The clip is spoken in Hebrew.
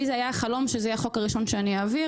החלום שלי היה שזה יהיה החוק הראשון שאני אעביר,